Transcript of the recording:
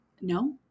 No